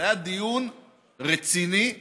זה היה דיון רציני ועמוק.